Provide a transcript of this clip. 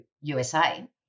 usa